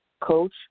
Coach